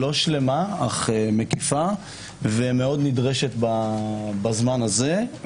לא שלמה, אך מקיפה ונדרשת מאוד בזמן הזה.